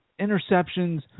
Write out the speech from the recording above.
interceptions